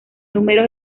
número